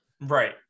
right